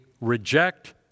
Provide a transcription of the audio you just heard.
reject